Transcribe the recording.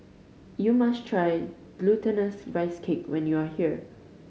you must try Glutinous Rice Cake when you are here